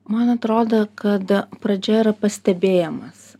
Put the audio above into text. man atrodo kad pradžia yra pastebėjimas